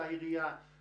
לעירייה יש מבנה?